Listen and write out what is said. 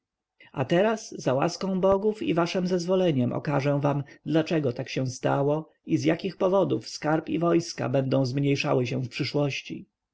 a teraz za łaską bogów i waszem zezwoleniem okażę wam dlaczego tak się stało i z jakich powodów skarb i wojska będą zmniejszały się w przyszłości